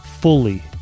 fully